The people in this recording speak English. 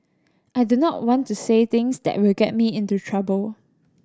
I do not want to say things that will get me into trouble